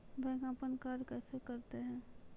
Bank अपन कार्य कैसे करते है?